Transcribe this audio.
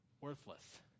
Worthless